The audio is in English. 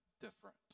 different